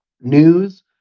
news